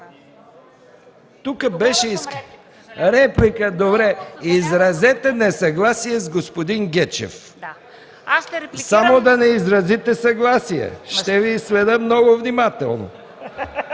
– добре. Изразете несъгласие с господин Гечев. Само да не изразите съгласие – ще Ви следя много внимателно.